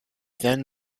then